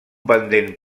pendent